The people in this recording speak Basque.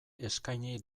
eskaini